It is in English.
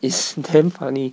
it's damn funny